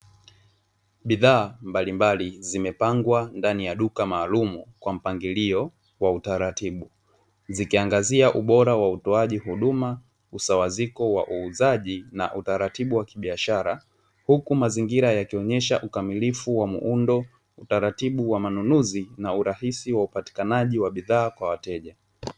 Bidhaa mbalimbali zimepangwa ndani ya duka maalumu kwa mpangilio wa utaratibu zikiangazia ubora wa utoaji huduma msawaziko wa uuzaji na utaratibu wa kibiashara, huku mazingira yakionyesha ukamilifu wa muundo utaratibu wa manunuzi na urahisi wa upatikanaji wa bidhaa kwa wateja.